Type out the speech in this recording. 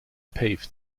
paved